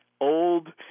old